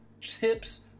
tips